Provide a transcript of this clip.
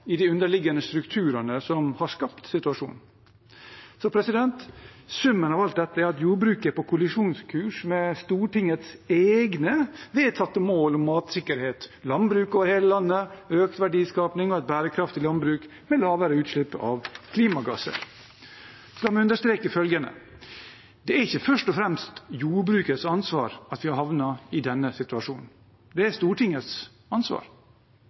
i de underliggende strukturene som har skapt situasjonen. Summen av alt dette er at jordbruket er på kollisjonskurs med Stortingets egne vedtatte mål om matsikkerhet, landbruk over hele landet, økt verdiskapning og et bærekraftig landbruk med lavere utslipp av klimagasser. La meg understreke: Det er ikke først og fremst jordbrukets ansvar at vi har havnet i denne situasjonen. Det er Stortingets ansvar.